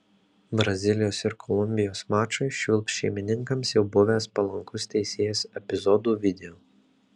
brazilijos ir kolumbijos mačui švilps šeimininkams jau buvęs palankus teisėjas epizodų video